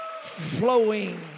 flowing